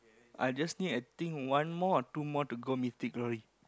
I just need I think one more or two more to go Mythic-Glory